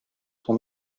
son